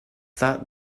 thought